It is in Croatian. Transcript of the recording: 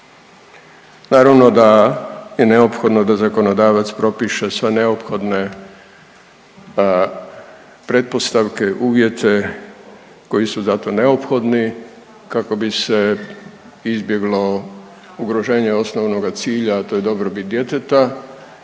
Naravno da je neophodno da zakonodavac propiše sve neophodne pretpostavke, uvjete koji su za to neophodni kako bi se izbjeglo ugroženje osnovnog cilja, a to je dobrobit djeteta,